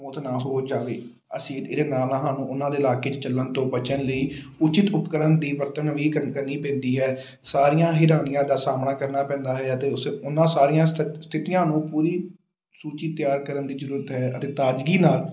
ਮੌਤ ਨਾ ਹੋ ਜਾਏ ਅਸੀਂ ਇਹਦੇ ਨਾਲ ਨਾਲ ਸਾਨੂੰ ਉਹਨਾਂ ਦੇ ਇਲਾਕੇ 'ਚ ਚੱਲਣ ਤੋਂ ਬਚਣ ਲਈ ਉਚਿਤ ਉਪਕਰਨ ਦੀ ਵਰਤਣ ਵੀ ਕਰਨੀ ਪੈਂਦੀ ਹੈ ਸਾਰੀਆਂ ਹੀਰਾਨੀਆਂ ਦਾ ਸਾਹਮਣਾ ਕਰਨਾ ਪੈਂਦਾ ਹੈ ਅਤੇ ਉਸ ਉਹਨਾਂ ਸਾਰੀਆਂ ਸਥ ਸਥਿਤੀਆਂ ਨੂੰ ਪੂਰੀ ਸੂਚੀ ਤਿਆਰ ਕਰਨ ਦੀ ਜ਼ਰੂਰਤ ਹੈ ਅਤੇ ਤਾਜ਼ਗੀ ਨਾਲ